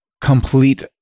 complete